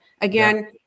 again